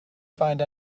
find